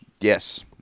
Yes